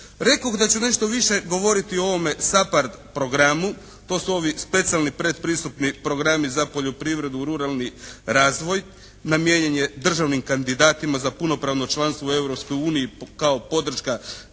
Rekoh da ću nešto više govoriti o ovome SAPARD programu. To su ovi specijalni predpristupni programi za poljoprivredu, ruralni razvoj. Namijenjen je državnim kandidatima za punopravno članstvo u Europskoj